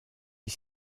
est